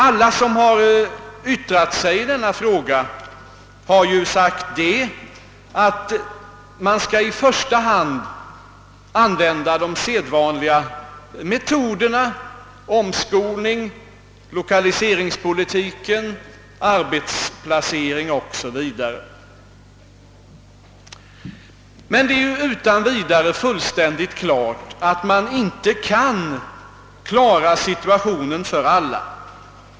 Alla som yttrat sig i denna fråga har sagt, att man i första hand bör tillgripa de vanliga metoderna: omskolning, 1okaliseringspolitiska åtgärder, arbetsplacering o. s. v. Men det är utan vidare fullständigt klart, att man med dessa metoder inte kan klara situationen för alla.